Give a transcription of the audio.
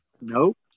nope